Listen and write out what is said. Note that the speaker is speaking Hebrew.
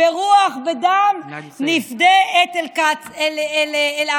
"ברוח, בדם, נפדה את אל-אקצה".